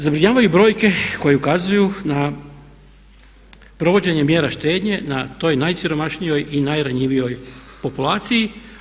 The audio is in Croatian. Zabrinjavaju brojke koje ukazuju na provođenje mjera štednje na toj najsiromašnijoj i najranjivijoj populaciji.